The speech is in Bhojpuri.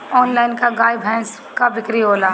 आनलाइन का गाय भैंस क बिक्री होला?